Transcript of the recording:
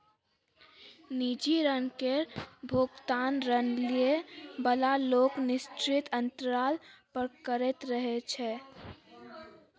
निजी ऋण केर भोगतान ऋण लए बला लोक निश्चित अंतराल पर करैत रहय छै